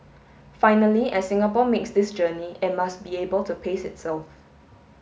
finally as Singapore makes this journey it must be able to pace itself